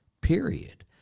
period